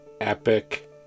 epic